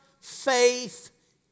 faith